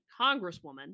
congresswoman